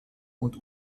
und